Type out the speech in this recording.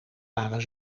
waren